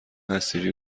حصیری